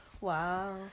Wow